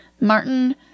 Martin